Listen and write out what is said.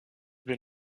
been